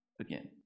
again